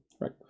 Right